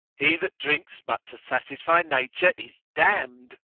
he that drinks but to satisfy nature is damn'd.